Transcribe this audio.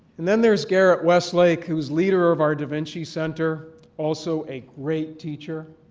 and then there is garret westlake who is leader of our da vinci center, also a great teacher.